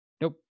Nope